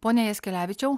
pone jaskelevičiau